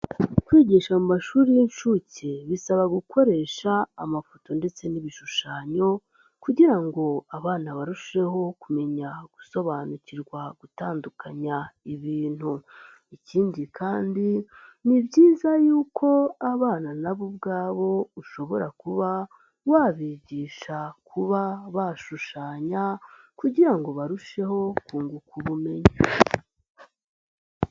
Kwigisha mu mashuri y'inshuke bisaba gukoresha amafoto ndetse n'ibishushanyo kugira ngo abana barusheho kumenya gusobanukirwa gutandukanya ibintu, ikindi kandi ni byiza yuko abana na bo ubwabo ushobora kuba wabigisha kuba bashushanya kugira ngo barusheho kunguka ubumenyi.